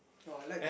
oh I like the